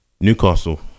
Newcastle